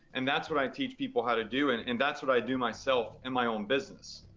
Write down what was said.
and that's what i teach people how to do, and and that's what i do myself in my own business.